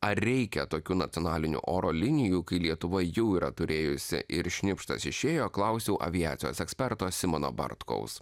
ar reikia tokių nacionalinių oro linijų kai lietuva jau yra turėjusi ir šnipštas išėjo klausiau aviacijos eksperto simono bartkaus